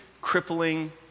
crippling